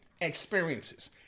experiences